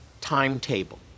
timetable